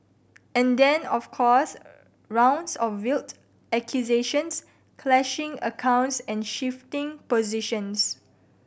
and then of course rounds of veiled accusations clashing accounts and shifting positions